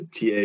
TA